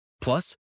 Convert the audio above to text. Plus